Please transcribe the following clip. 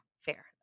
fair